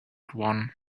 one